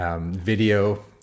video